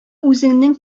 үзеңнең